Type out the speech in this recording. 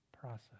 process